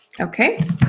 Okay